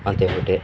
ಅಂತ ಹೇಳ್ಬಿಟ್ಟಿ